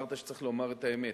אמרת שצריך לומר את האמת,